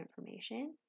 information